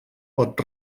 pot